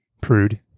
Prude